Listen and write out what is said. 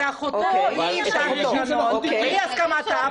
את אחותו אי אפשר לשנות בלי הסכמתה,